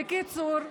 בקיצור,